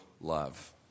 love